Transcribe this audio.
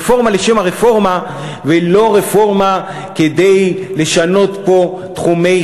רפורמה לשם הרפורמה ולא רפורמה כדי לשנות פה תחומי